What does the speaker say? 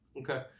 Okay